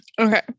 Okay